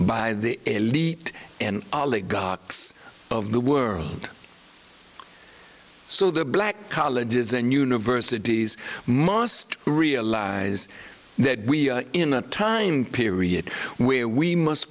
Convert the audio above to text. by the elite and oligarchy of the world so the black colleges and universities must realize that we are in a time period where we must